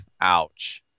Ouch